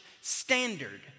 standard